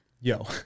Yo